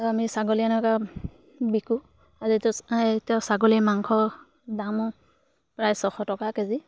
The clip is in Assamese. আমি ছাগলী এনেকৈ বিকোঁ আৰু এইটো যিটো ছাগলীৰ মাংস দামো প্ৰায় ছশ টকা কেজি